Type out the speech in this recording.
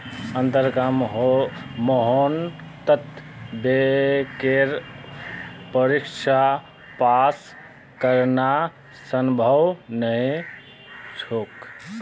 अत्ते कम मेहनतत बैंकेर परीक्षा पास करना संभव नई छोक